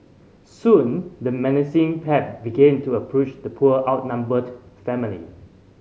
soon the menacing pack began to approach the poor outnumbered family